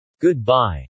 Goodbye